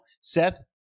Seth